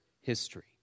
history